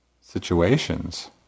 situations